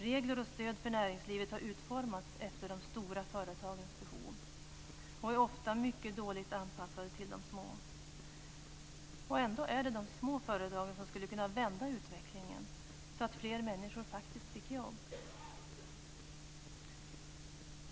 Regler och stöd för näringslivet har utformats efter de stora företagens behov och är ofta mycket dåligt anpassade till de små. Ändå är det de små företagen som skulle kunna vända utvecklingen så att fler människor faktiskt fick jobb.